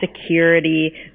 security